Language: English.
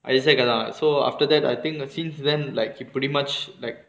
issac lah so after that I think since then like you pretty much like